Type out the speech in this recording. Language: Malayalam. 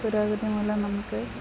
പുരോഗതി മൂലം നമുക്ക്